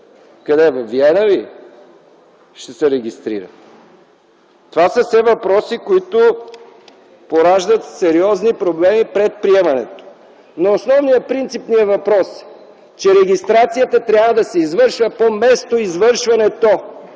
Къде, във Виена ли ще се регистрират? Това са все въпроси, които пораждат сериозни проблеми пред приемането. На основния, принципния въпрос - че регистрацията трябва да се извършва по местоизвършването.